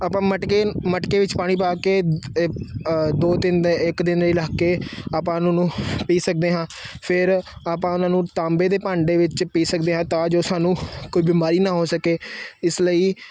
ਆਪਾਂ ਮਟਕੇ ਮਟਕੇ ਵਿੱਚ ਪਾਣੀ ਪਾ ਕੇ ਦੋ ਤਿੰਨ ਇੱਕ ਦਿਨ ਲਈ ਰੱਖ ਕੇ ਆਪਾਂ ਇਹਨਾਂ ਨੂੰ ਪੀ ਸਕਦੇ ਹਾਂ ਫਿਰ ਆਪਾਂ ਉਹਨਾਂ ਨੂੰ ਤਾਂਬੇ ਦੇ ਭਾਂਡੇ ਵਿੱਚ ਪੀ ਸਕਦੇ ਹਾਂ ਤਾਂ ਜੋ ਸਾਨੂੰ ਕੋਈ ਬਿਮਾਰੀ ਨਾ ਹੋ ਸਕੇ ਇਸ ਲਈ